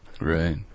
Right